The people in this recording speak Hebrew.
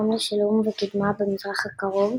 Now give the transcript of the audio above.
יתרום לשלום וקידמה במזרח הקרוב,